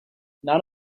none